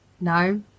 No